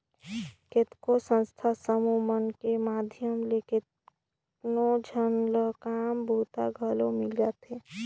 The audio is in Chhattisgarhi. कतको संस्था समूह मन के माध्यम ले केतनो झन ल काम बूता घलो मिल जाथे